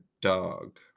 dog